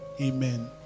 Amen